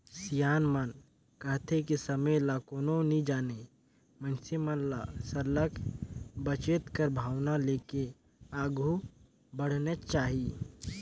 सियान मन कहथें कि समे ल कोनो नी जानें मइनसे मन ल सरलग बचेत कर भावना लेके आघु बढ़नेच चाही